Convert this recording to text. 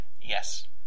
Yes